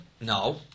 No